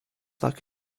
like